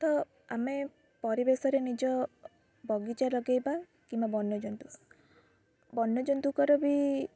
ତ ଆମେ ପରିବେଶରେ ନିଜ ବଗିଚା ଲଗେଇବା କିମ୍ବା ବନ୍ୟଜନ୍ତୁ ବନ୍ୟଜନ୍ତୁଙ୍କର ବି